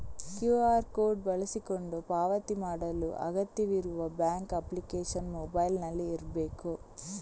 QR code ಬಳಸಿಕೊಂಡು ಪಾವತಿ ಮಾಡಲು ಅಗತ್ಯವಿರುವ ಬ್ಯಾಂಕ್ ಅಪ್ಲಿಕೇಶನ್ ಮೊಬೈಲಿನಲ್ಲಿ ಇರ್ಬೇಕು